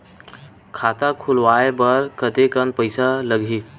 खाता खुलवाय बर कतेकन पईसा लगही?